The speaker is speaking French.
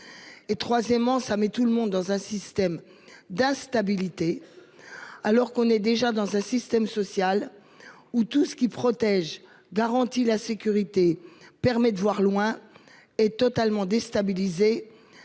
Et troisièmement, ça met tout le monde dans un système d'instabilité. Alors qu'on est déjà dans un système social ou tout ceux qui protègent garantit la sécurité permet de voir loin et totalement déstabilisé.